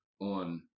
on